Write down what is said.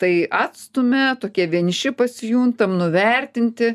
tai atstumia tokie vieniši pasijuntam nuvertinti